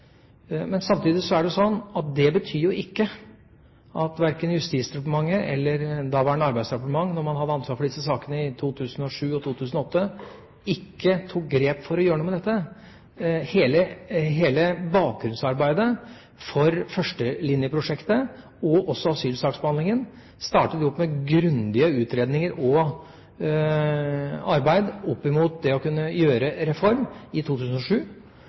Samtidig betyr ikke det at verken Justisdepartementet eller daværende Arbeidsdepartementet, da man hadde ansvaret for disse sakene i 2007 og 2008, ikke tok grep for å gjøre noe med dette. Hele bakgrunnsarbeidet for førstelinjeprosjektet og også asylsaksbehandlingen startet opp med grundige utredninger og grundig arbeid for å kunne gjøre reform i 2007.